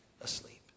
asleep